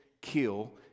kill